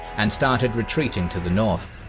and started retreating to the north.